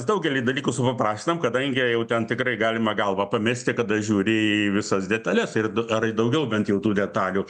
daugelį dalykų supaprastinam kadangi jau ten tikrai galima galvą pamesti kada žiūri į visas detales ir d ar į daugiau bent jau tų detalių